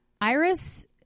Iris